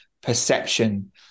perception